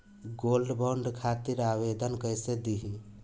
Gold bond खातिर आवेदन कैसे दिही?